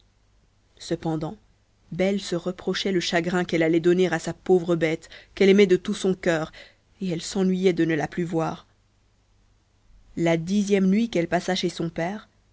cependant belle se reprochait le chagrin qu'elle allait donner à sa pauvre bête qu'elle aimait de tout son cœur et elle s'ennuyait de ne plus la voir la dixième nuit qu'elle passa chez son père